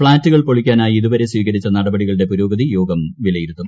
ഫ്ളാറ്റുകൾ പൊളിക്കാനായി ഇതുവരെ സ്വീകരിച്ച നടപടികളുടെ പുരോഗതി യോഗം വിലയിരുത്തും